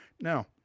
Now